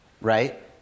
right